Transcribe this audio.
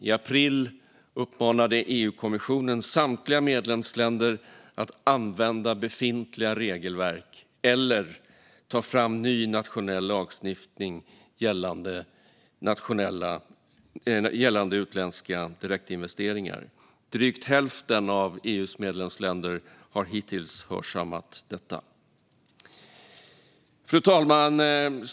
I april uppmanade EU-kommissionen samtliga medlemsländer att använda befintliga regelverk eller ta fram ny nationell lagstiftning gällande utländska direktinvesteringar. Drygt hälften av EU:s medlemsländer har hittills hörsammat detta. Fru talman!